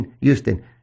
Houston